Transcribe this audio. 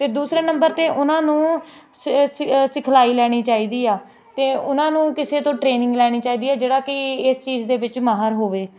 ਅਤੇ ਦੂਸਰੇ ਨੰਬਰ 'ਤੇ ਉਹਨਾਂ ਨੂੰ ਸਿਖਲਾਈ ਲੈਣੀ ਚਾਹੀਦੀ ਆ ਅਤੇ ਉਹਨਾਂ ਨੂੰ ਕਿਸੇ ਤੋਂ ਟ੍ਰੇਨਿੰਗ ਲੈਣੀ ਚਾਹੀਦੀ ਹੈ ਜਿਹੜਾ ਕਿ ਇਸ ਚੀਜ਼ ਦੇ ਵਿੱਚ ਮਾਹਰ ਹੋਵੇ